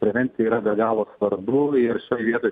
prevencija yra be galo svarbu ir šioj vietoj